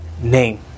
name